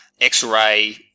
X-Ray